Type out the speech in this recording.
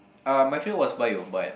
uh my favorite was Bio but